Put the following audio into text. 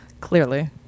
Clearly